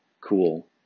cool